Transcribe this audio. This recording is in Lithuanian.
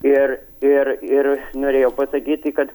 ir ir ir norėjau pasakyti kad